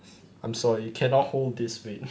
I'm sorry it cannot hold this weight